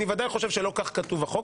אני ודאי חושב שלא כך כתוב החוק.